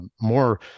more